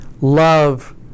love